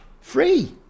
Free